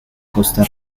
costa